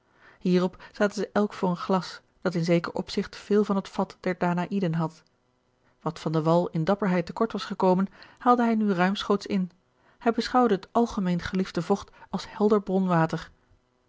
hierop zaten zij elk voor een glas dat in zeker opzigt veel van het vat der danaïden had wat van de wall in dapperheid te kort was gekomen haalde hij nu ruimschoots in hij beschouwde het algemeen geliefde vocht als helder bronwater